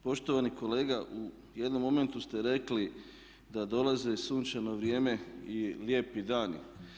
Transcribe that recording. Poštovani kolega u jednom momentu ste rekli da dolazi sunčano vrijeme i lijepi dani.